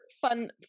fun